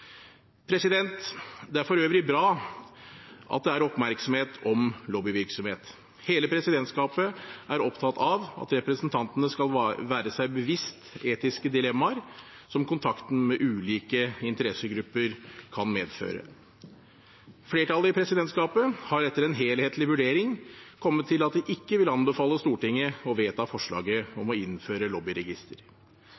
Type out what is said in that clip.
Det er for øvrig bra at det er oppmerksomhet om lobbyvirksomhet. Hele presidentskapet er opptatt av at representantene skal være seg bevisst etiske dilemmaer som kontakten med ulike interessegrupper kan medføre. Flertallet i presidentskapet har etter en helhetlig vurdering kommet til at det ikke vil anbefale Stortinget å vedta forslaget